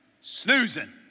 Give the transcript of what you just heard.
Snoozing